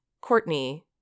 Courtney